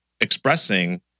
expressing